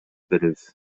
беребиз